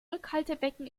rückhaltebecken